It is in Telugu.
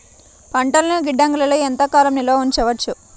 పంటలను గిడ్డంగిలలో ఎంత కాలం నిలవ చెయ్యవచ్చు?